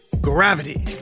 gravity